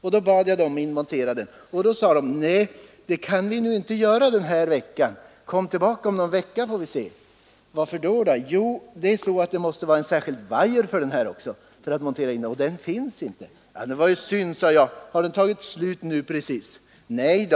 för att få den inmonterad. — Nej, det kan vi inte göra den här veckan. Kom tillbaka om någon vecka så får vi se. — Varför det? — Det måste vara en särskild vajer till kilometerräknaren, och den finns inte i lager. — Det var synd. Har den tagit slut precis nu?